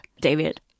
David